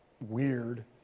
weird